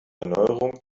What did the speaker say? erneuerung